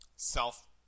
self